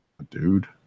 dude